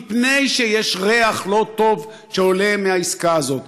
מפני שריח לא טוב עולה מהעסקה הזאת.